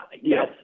yes